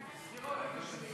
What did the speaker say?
אדוני היושב-ראש,